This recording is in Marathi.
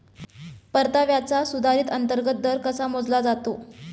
परताव्याचा सुधारित अंतर्गत दर कसा मोजला जातो?